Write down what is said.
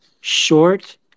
short